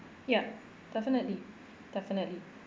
ya definitely definitely